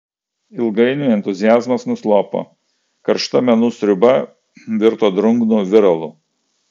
ilgainiui entuziazmas nuslopo karšta menų sriuba virto drungnu viralu